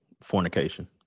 Fornication